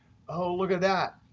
oh, look at that.